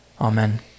Amen